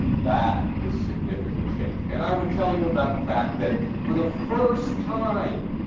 that is significant change. and i would tell you about the fact that for the first time,